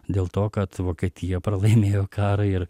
dėl to kad vokietija pralaimėjo karą ir